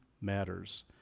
matters